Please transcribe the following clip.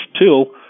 tool